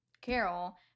Carol